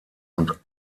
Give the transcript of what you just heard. und